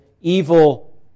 evil